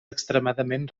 extremadament